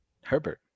Herbert